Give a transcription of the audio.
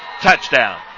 touchdown